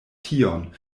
tion